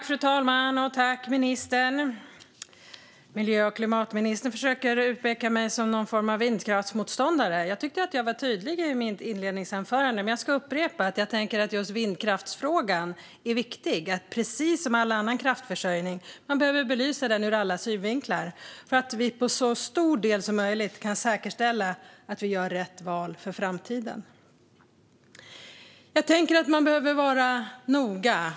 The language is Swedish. Fru talman! Miljö och klimatministern försöker utmåla mig som någon form av vindkraftsmotståndare. Jag tyckte att jag var tydlig i mitt inledningsanförande, men jag ska upprepa att jag tycker att vindkraftsfrågan är viktig. Precis som när det gäller annan kraftförsörjning behöver man belysa den ur alla synvinklar för att vi i så hög grad som möjligt ska kunna säkerställa att vi gör rätt val för framtiden. Jag tänker att man behöver vara noga.